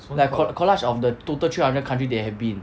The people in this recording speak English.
like coll~ collage of the total three hundred country they have been